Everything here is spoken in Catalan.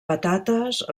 patates